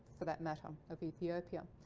for that matter, of ethiopia.